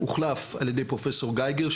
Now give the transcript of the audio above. הוחלף על ידי פרופסור גייגר,